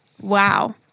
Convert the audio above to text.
Wow